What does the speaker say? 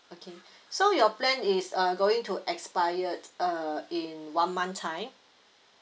okay so your plan is uh going to expire uh in one month time